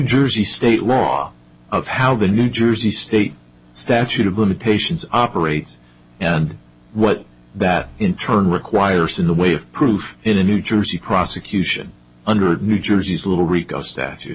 jersey state law of how the new jersey state statute of limitations operates and what that in turn requires in the way of proof in a new jersey prosecution under new jersey's little rico statu